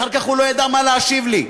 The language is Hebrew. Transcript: אחר כך הוא לא ידע מה להשיב לי.